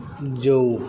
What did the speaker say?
जौ